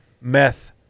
meth